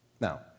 Now